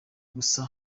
gusa